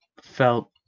felt